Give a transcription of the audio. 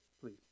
please